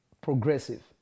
progressive